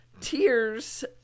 tears